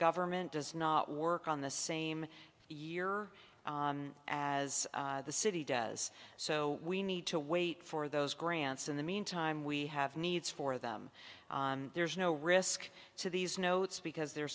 government does not work on the same year as the city does so we need to wait for those grants in the meantime we have needs for them there's no risk to these notes because they're